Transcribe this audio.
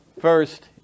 first